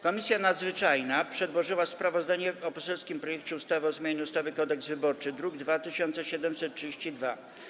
Komisja Nadzwyczajna przedłożyła sprawozdanie o poselskim projekcie ustawy o zmianie ustawy Kodeks wyborczy, druk nr 2732.